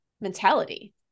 mentality